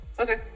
Okay